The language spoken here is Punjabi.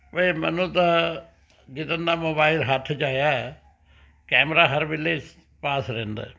ਬਈ ਮੈਨੂੰ ਤਾਂ ਜਿੱਦਨ ਦਾ ਮੋਬਾਈਲ ਹੱਥ 'ਚ ਆਇਆ ਕੈਮਰਾ ਹਰ ਵੇਲੇ ਪਾਸ ਰਹਿੰਦਾ